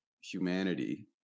humanity